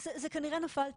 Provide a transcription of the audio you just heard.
זה כנראה נפל טכנית,